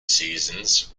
seasons